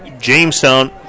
Jamestown